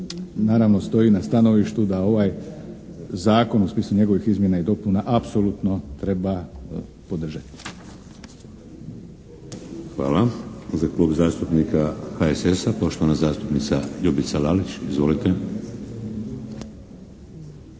naravno stoji na stanovištu da ovaj zakon u smislu njegovih izmjena i dopuna apsolutno treba podržati. **Šeks, Vladimir (HDZ)** Hvala. Za Klub zastupnika HSS-a poštovana zastupnica Ljubica Lalić. Izvolite.